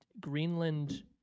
Greenland